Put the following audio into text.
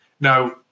Now